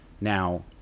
Now